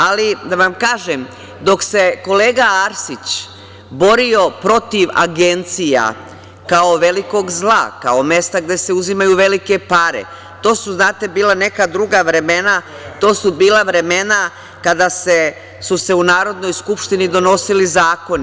Ali, da vam kažem, dok se kolega Arsić borio protiv agencija, kao velikog zla, kao mesta gde se uzimaju velike pare, to su, znate, bila neka druga vremena, to su bila vremena kada su se u Narodnoj skupštini donosili zakoni.